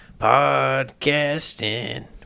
podcasting